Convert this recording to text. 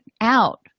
out